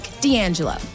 D'Angelo